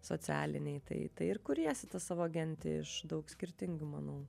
socialiniai tai ir kuriesi tą savo gentį iš daug skirtingų manau